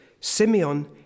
Simeon